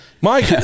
Mike